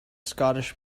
scottish